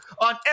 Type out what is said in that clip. on